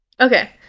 Okay